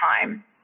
time